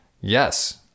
Yes